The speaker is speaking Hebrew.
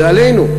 זה עלינו.